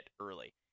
early